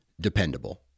dependable